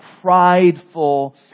prideful